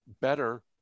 better